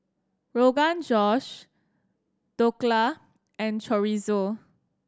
Rogan Josh Dhokla and Chorizo